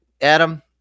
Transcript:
Adam